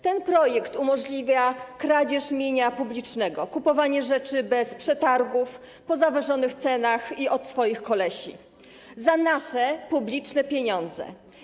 Ten projekt umożliwia kradzież mienia publicznego, kupowanie rzeczy bez przetargów, po zawyżonych cenach i od swoich kolesi, za nasze, publiczne pieniądze.